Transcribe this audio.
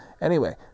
Anyway